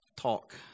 talk